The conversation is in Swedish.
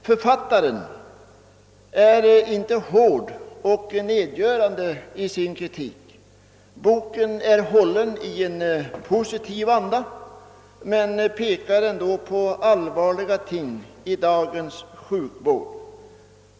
Författarinnan är inte hård och nedgörande i sin kritik — boken är hållen i en positiv anda — men pekar ändå på allvarliga svårigheter inom dagens sjukvård.